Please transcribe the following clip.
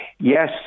Yes